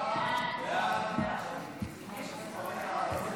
סעיפים 1 2